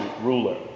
ruler